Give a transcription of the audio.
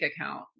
account